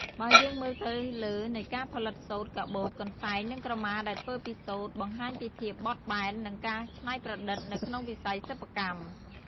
បើយើងមើលទៅលើនៃការផលិតសូត្រ កាបូប កន្សែង និងក្រមាដែលធ្វើពីសូត្រ បង្ហាញពីភាពបត់បែន និងការច្នៃប្រឌិតនៅក្នុងវិស័យសិប្បកម្ម។